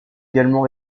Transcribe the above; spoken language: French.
également